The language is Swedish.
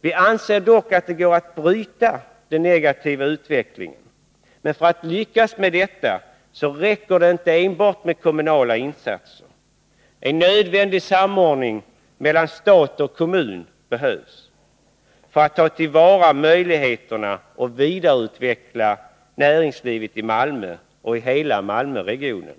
Vi anser dock att det går att bryta den negativa utvecklingen. Men för att lyckas med detta räcker det inte med enbart kommunala insatser. En samordning mellan stat och kommun är nödvändig för att ta till vara möjligheterna att vidareutveckla näringslivet i Malmö och i hela Malmöregionen.